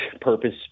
purpose